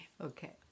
Okay